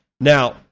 Now